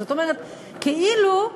זאת אומרת, כאילו,